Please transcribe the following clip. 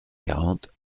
quarante